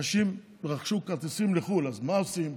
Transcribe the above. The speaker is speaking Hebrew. אנשים רכשו כרטיסים לחו"ל, אז מה עושים?